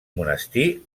monestir